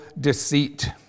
deceit